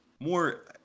more